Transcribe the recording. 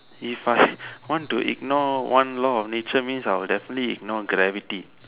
if I want to ignore one law of nature I'll definitely ignore gravity